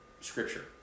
scripture